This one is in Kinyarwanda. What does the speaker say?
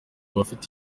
abafite